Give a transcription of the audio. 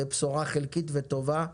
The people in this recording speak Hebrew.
זו בשורה חלקית וטובה.